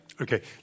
Okay